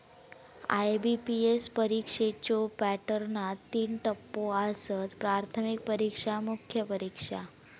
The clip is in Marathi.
आय.बी.पी.एस परीक्षेच्यो पॅटर्नात तीन टप्पो आसत, प्राथमिक परीक्षा, मुख्य परीक्षा